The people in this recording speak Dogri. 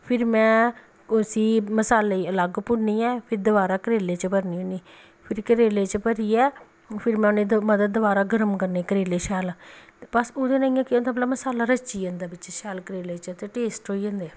फिर में उसी मसाले गी अलग भुन्नियै फिर दोवारा करेले च भरनी होन्नी फिर करेले च भरियै फिर में मतलब दोवारा गर्म करने करेले शैल बस ओह्दे नै केह् होंदा भला मसाला रची जंदा बिच करेले च ते शैल टेस्ट होई जंदे